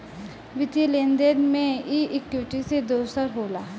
वित्तीय लेन देन मे ई इक्वीटी से दोसर होला